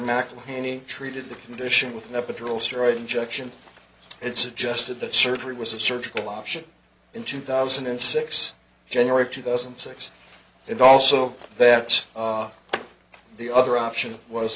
mcelhaney treated the condition with an epidural steroid injection and suggested that surgery was a surgical option in two thousand and six january two thousand and six and also that the other option was